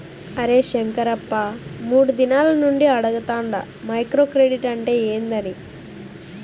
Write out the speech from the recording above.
అరే శంకరప్ప, మూడు దినాల నుండి అడగతాండ మైక్రో క్రెడిట్ అంటే ఏందని